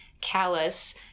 callus